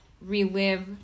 relive